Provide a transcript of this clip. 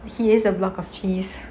he is a block of cheese